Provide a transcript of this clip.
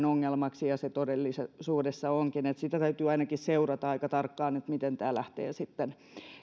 ongelmaksi ja todellisuudessa se onkin eli täytyy ainakin seurata aika tarkkaan miten tämä lähtee sitten